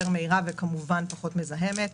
יותר מהירה ופחות מזהמת.